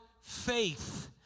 faith